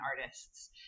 artists